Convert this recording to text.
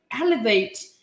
elevate